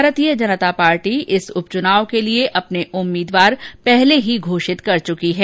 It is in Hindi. भारतीय जनता पार्टी इस उपचुनाव के लिये अपने उम्मीदवार पहले की घोषित कर चुकी है